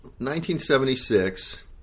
1976